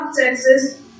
Texas